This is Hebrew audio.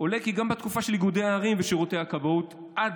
עולה כי גם בתקופה של איגודי הערים ושירותי הכבאות עד